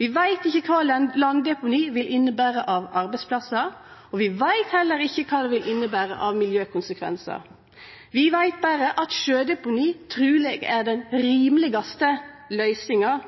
Vi veit ikkje kva landdeponi vil innebere av arbeidsplassar, og vi veit heller ikkje kva det vil innebere av miljøkonsekvensar. Vi veit berre at sjødeponi truleg er den rimelegaste løysinga,